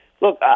look